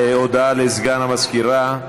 הודעה לסגן המזכירה.